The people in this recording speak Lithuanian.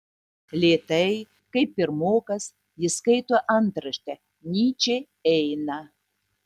lėtai kaip pirmokas jis skaito antraštę nyčė eina